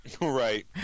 Right